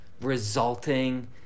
resulting